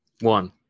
One